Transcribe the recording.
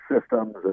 systems